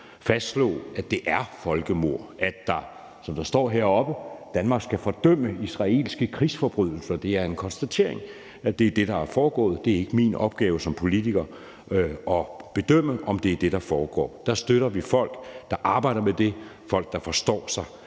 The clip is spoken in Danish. fastslå, at det er folkemord, og sige, som der står, at Danmark skal fordømme israelske krigsforbrydelser. Det er en konstatering af, at det er det, der er foregået, men det er ikke min opgave som politiker at bedømme, om det er det, der foregår. Der støtter vi folk, der arbejder med det, folk, der forstår sig